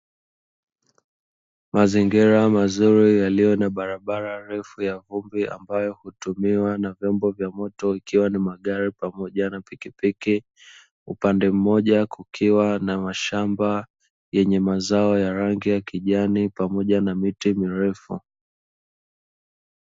Mazindira mazuri yaliyo na barabara ndefu ya vumbi ambayo hutumiwa na vyombo vya moto ikiwa ni magari pamoja na pikipiki. Upande mmoja kukiwa na mashamba yenye mazao ya rangi ya kijani pamoja na miti mirefu.